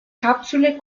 capsule